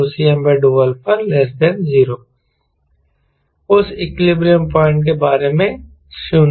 Cm∂α0 उस equilibrium point के बारे में 0